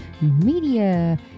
media